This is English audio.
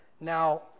Now